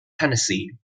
tennessee